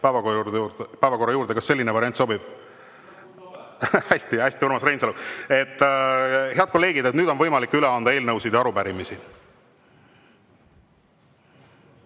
päevakorra juurde. Kas selline variant sobib? (Hääl saalist.) Hästi, Urmas Reinsalu. Head kolleegid, nüüd on võimalik üle anda eelnõusid ja arupärimisi.